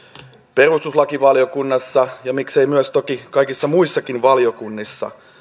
perustuslakivaliokunnassa ja miksei toki myös kaikissa muissakin valiokunnissa